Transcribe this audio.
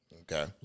Okay